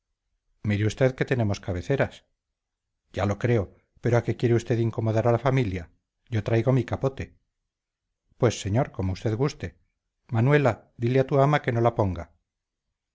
mire usted que tenemos cabeceras ya lo creo pero a qué quiere usted incomodar a la familia yo traigo mi capote pues señor como usted guste manuela dile a tu ama que no la ponga